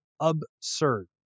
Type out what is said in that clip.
absurd